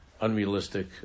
unrealistic